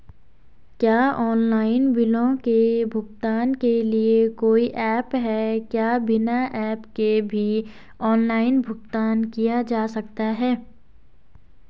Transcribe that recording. क्या ऑनलाइन बिलों के भुगतान के लिए कोई ऐप है क्या बिना ऐप के भी ऑनलाइन भुगतान किया जा सकता है?